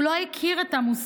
הוא לא הכיר את המושג.